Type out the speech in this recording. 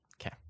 Okay